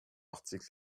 articles